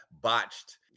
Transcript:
botched